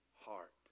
heart